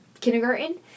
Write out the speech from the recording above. kindergarten